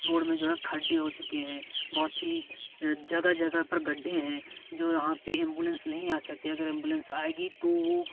road में जो खड्डे हो चुकी है बहुत ही जगह जगह पर गड्ढे हैं जो यहाँ पर एंबुलेंस नहीं आ सकते अगर एंबुलेंस आएगी तो वो